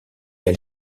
elle